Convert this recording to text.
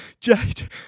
jade